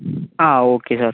ആ okay sir